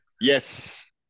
yes